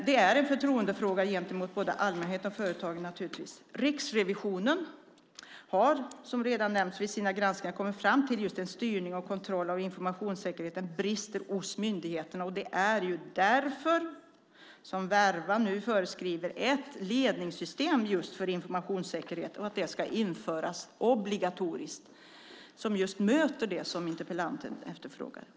Det är en förtroendefråga gentemot både allmänheten och företagen. Riksrevisionen har, som redan nämnts, vid sina granskningar kommit fram till att styrning och kontroll av informationssäkerheten brister hos myndigheterna. Därför föreskriver Verva nu ett ledningssystem för informationssäkerhet; det ska dessutom vara obligatoriskt. Detta tillmötesgår det som interpellanten efterfrågar.